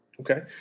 Okay